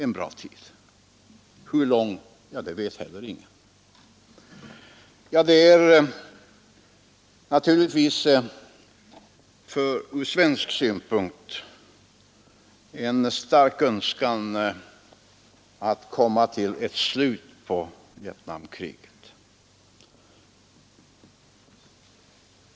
Hur lång tid det tar vet heller ingen Det är naturligtvis ur svensk synpunkt en stark önskan att Vietnamkriget skall komma till ett slut.